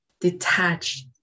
Detached